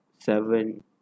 Seven